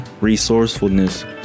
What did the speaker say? resourcefulness